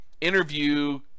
Interview